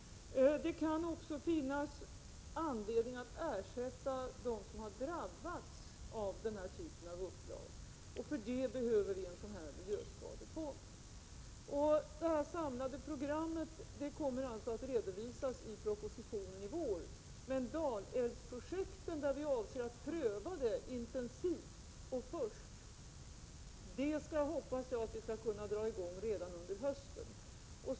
Det kan också finnas anledning att ersätta dem som har drabbats av denna typ av upplag. För det behöver vi en sådan här miljöskadefond. Det samlade programmet kommer att redovisas i propositionen i vår. Men Dalälvsprojektet, där vi avser att först pröva förslaget intensivt, hoppas jag skall kunna dras i gång redan under hösten.